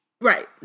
Right